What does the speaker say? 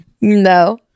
no